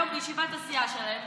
שליברמן לא מוכן לשים שקל.